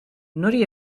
nori